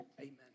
Amen